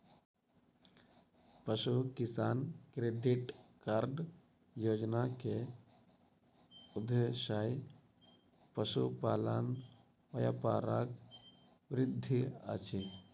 पशु किसान credit card योजना के उद्देश्य पशुपालन व्यापारक वृद्धि अछि